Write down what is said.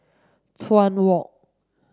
Chuan Walk